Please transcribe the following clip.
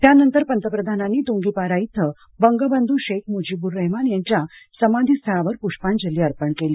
त्यानंतर पंतपप्रधानांनी तून्गीपारा इथं बंगबंधू शेख मुजीबूर रहमान यांच्या सामाधीस्थळावर पृष्पांजली अर्पण केली